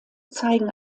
zeigen